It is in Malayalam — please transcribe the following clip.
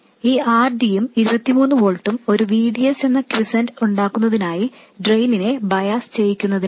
ഈ RD യും 23 വോൾട്ടും ഒരു VDS എന്ന ക്വിസന്റ് ഉണ്ടാക്കുന്നതിനായി ഡ്രെയിനിനെ ബയാസ് ചെയ്യിക്കുന്നതിനാണ്